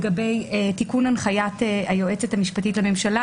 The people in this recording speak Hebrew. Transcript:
לגבי תיקון הנחיית היועצת המשפטית לממשלה